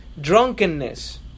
drunkenness